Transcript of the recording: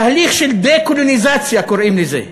תהליך של דה-קולוניזציה, קוראים לזה.